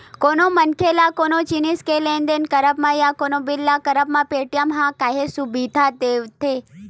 कोनो मनखे ल कोनो जिनिस के लेन देन करब म या कोनो बिल पे करब म पेटीएम ह काहेच सुबिधा देवथे